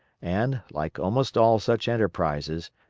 and, like almost all such enterprises,